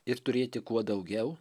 ir turėti kuo daugiau